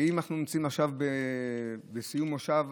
ואם אנחנו נמצאים עכשיו בסיום מושב,